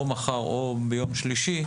או מחר או ביום שלישי,